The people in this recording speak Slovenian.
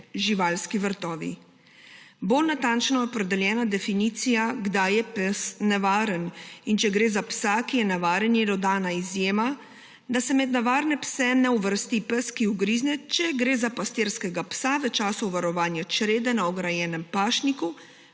živalski vrtovi. Bolj natančno je opredeljena definicija, kdaj je pes nevaren, in če gre za psa, ki je nevaren, je dodana izjema, da se med nevarne pse ne uvrsti psa, ki ugrizne, če gre za pastirskega psa v času varovanja črede v ograjenem pašniku